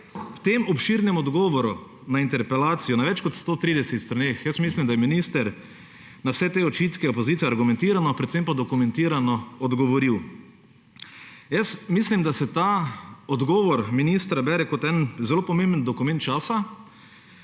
Ob tem obširnem odgovoru na interpelacijo na več kot 130 straneh jaz mislim, da je minister na vse te očitke opozicije argumentirano, predvsem pa dokumentirano odgovoril. Mislim, da se ta odgovor ministra bere kot en zelo pomemben dokument časa,